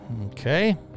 Okay